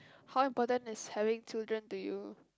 how important is having children to you